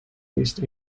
least